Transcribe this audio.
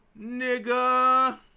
nigga